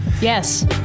Yes